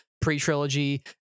pre-trilogy